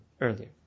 earlier